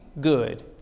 good